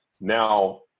Now